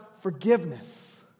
forgiveness